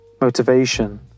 Motivation